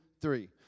three